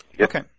Okay